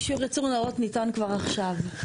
אישור ייצור נאות ניתן כבר עכשיו.